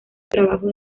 trabajo